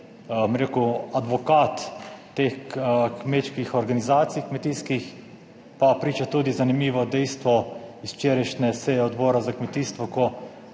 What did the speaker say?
bom rekel, advokat teh kmečkih organizacij, kmetijskih, pa priča tudi zanimivo dejstvo iz včerajšnje seje Odbora za kmetijstvo,